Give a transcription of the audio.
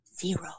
zero